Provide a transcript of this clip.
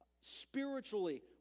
spiritually